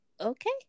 Okay